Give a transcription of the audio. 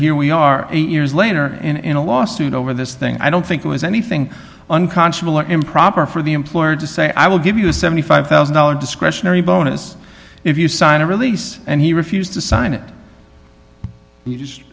here we are eight years later in a lawsuit over this thing i don't think it was anything unconscionable or improper for the employer to say i will give you a seventy five thousand dollars discretionary bonus if you sign a release and he refused to sign it